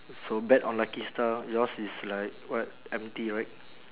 so bet on lucky star yours is like what empty right